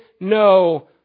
No